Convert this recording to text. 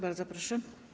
Bardzo proszę.